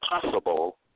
possible